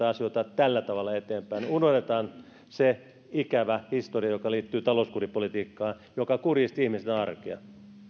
asioita tällä tavalla eteenpäin unohdetaan se ikävä historia joka liittyy talouskuripolitiikkaan joka kurjisti ihmisten arkea